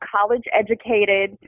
college-educated